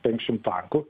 penkiasdešim tankų